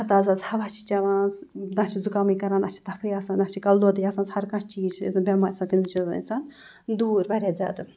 تازٕ تازٕ ہوا چھِ چٮ۪وان نہ چھِ زُکامٕے کَران نہ چھِ تَفٕے آسان نہ چھِ کَلہٕ دودٕے آسان ہرکانٛہہ چیٖز چھِ یُس زَن بٮ۪مارِ چھِ آسان تَمہِ نِش چھِ روزان اِنسان دوٗر واریاہ زیادٕ